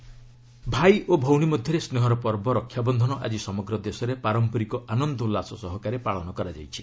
ରକ୍ଷାବନ୍ଧନ ଭାଇ ଓ ଭଉଣୀ ମଧ୍ୟରେ ସେହର ପର୍ବ ରକ୍ଷାବନ୍ଧନ ଆଜି ସମଗ୍ର ଦେଶରେ ପାରମ୍ପରିକ ଆନନ୍ଦ ଉଲ୍ଲାସ ସହକାରେ ପାଳନ କରାଯାଇଛି